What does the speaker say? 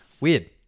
Weird